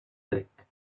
trek